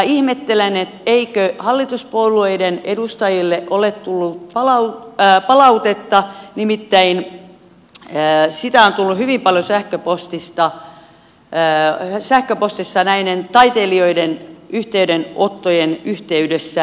ihmettelen eikö hallituspuolueiden edustajille ole tullut palautetta nimittäin sitä on tullut hyvin paljon sähköpostissa näiden taiteilijoiden yhteydenottojen yhteydessä